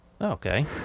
Okay